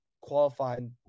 qualifying